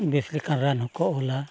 ᱵᱮᱥ ᱞᱮᱠᱟᱱ ᱨᱟᱱ ᱦᱚᱸᱠᱚ ᱚᱞᱟ